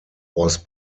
was